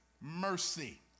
mercy